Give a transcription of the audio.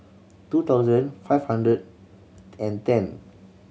two thousand five hundred and ten